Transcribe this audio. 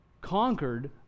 conquered